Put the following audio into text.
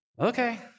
Okay